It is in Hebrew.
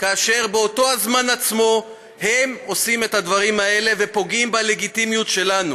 כאשר באותו הזמן עצמו הם עושים את הדברים האלה ופוגעים בלגיטימיות שלנו.